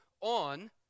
on